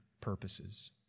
purposes